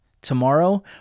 Tomorrow